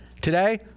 today